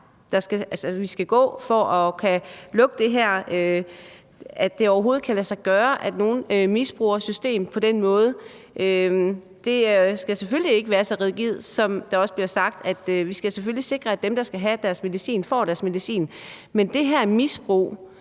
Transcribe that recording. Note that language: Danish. at kunne lukke for muligheden for, at det overhovedet kan lade sig gøre, at nogen misbruger systemet på den måde. Det skal selvfølgelig ikke, som der også bliver sagt, være så rigidt, at dem, der skal have deres medicin, ikke får deres medicin; det skal